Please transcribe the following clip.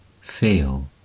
feel